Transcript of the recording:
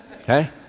Okay